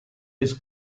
his